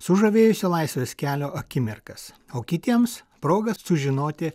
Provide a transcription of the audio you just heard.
sužavėjusio laisvės kelio akimirkas o kitiems proga sužinoti